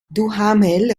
duhamel